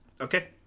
Okay